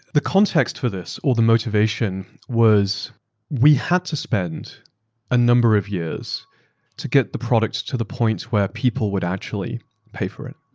the context for this or the motivation was we had to spend a number of years to get the products to the point where people would actually pay for it